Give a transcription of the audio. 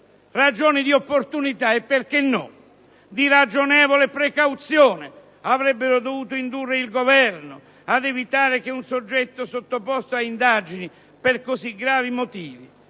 Ragioni di opportunità e perché no, di ragionevole precauzione avrebbero dovuto indurre il Governo ad evitare che un soggetto sottoposto ad indagini per così gravi motivi,